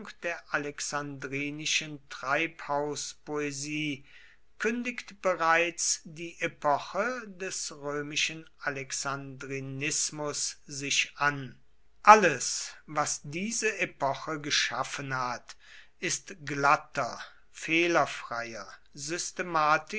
der alexandrinischen treibhauspoesie kündigt bereits die epoche des römischen alexandrinismus sich an alles was diese epoche geschaffen hat ist glatter fehlerfreier